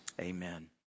Amen